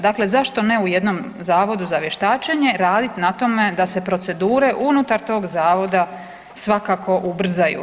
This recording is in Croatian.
Dakle, zašto ne u jednom Zavodu za vještačenje raditi na tome da se procedure unutar tog Zavoda svakako ubrzaju?